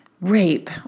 rape